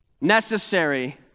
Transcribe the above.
necessary